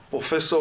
פרופ'